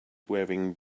wearing